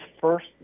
first